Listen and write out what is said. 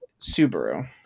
Subaru